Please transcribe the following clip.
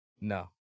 No